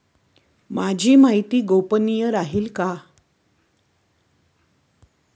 माझी माहिती गोपनीय राहील का?